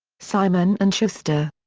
simon and schuster.